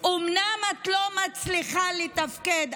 אומנם את לא מצליחה לתפקד,